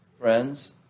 friends